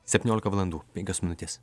septyniolika valandų penkios minutės